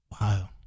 Wow